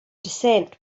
descent